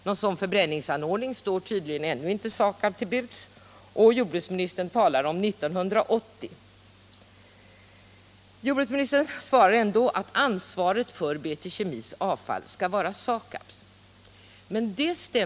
Någon sådan förbrännings Torsdagen den anordning står tydligen ännu inte SAKAB till buds; jordbruksministern 13 oktober 1977 talar om 1980. äte Jordbruksministern svarar ändå att ansvaret för BT Kemis avfall skall Om giftspridningen vara SAKAB:s.